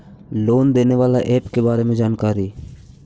Loan देने बाला app के बारे मे जानकारी?